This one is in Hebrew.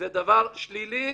זה דבר שלילי,